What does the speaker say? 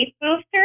booster